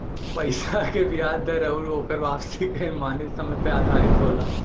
पइसा क बियाज दर आउर ओकर वापसी के अनुमानित समय पे आधारित होला